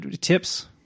tips